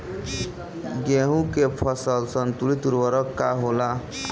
गेहूं के फसल संतुलित उर्वरक का होला?